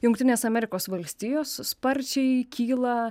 jungtinės amerikos valstijos sparčiai kyla